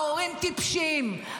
ההורים טיפשים,